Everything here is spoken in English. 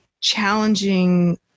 challenging